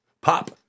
pop